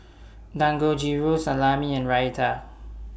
Dangojiru Salami and Raita